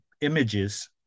images